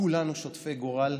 כולנו שותפי גורל.